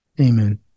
Amen